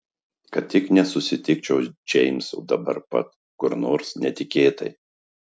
kad tik nesusitikčiau džeimso dabar pat kur nors netikėtai